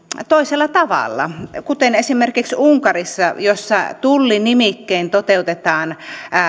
toisella tavalla kuten esimerkiksi unkarissa jossa tullinimikkein toteutetaan